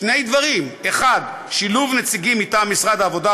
שני דברים: 1. שילוב נציגים מטעם משרד העבודה,